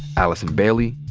allison bailey,